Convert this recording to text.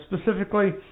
specifically